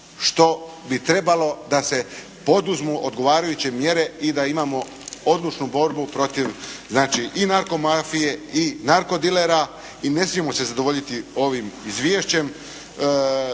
što bi trebalo da se poduzmu odgovarajuće mjere i da imamo odlučnu borbu protiv znači i narko mafije i narko dilera i ne smijemo se zadovoljiti ovim izvješćem